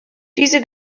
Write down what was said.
diese